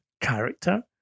character